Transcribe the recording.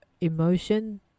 emotion